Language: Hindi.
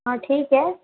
हाँ ठीक है